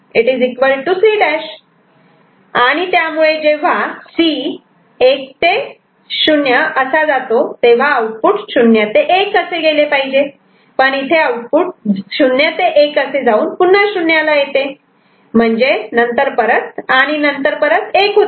आणि त्यामुळे जेव्हा C '1 ते 0' असा जातो तेव्हा आउटपुट '0 ते 1' असे गेले पाहिजे पण इथे आउटपुट '0 ते 1' असे जाऊन पुन्हा 0 ला येते आणि नंतर परत 1 होते